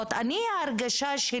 הרי אתם משרדי